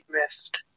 missed